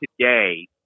today